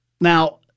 Now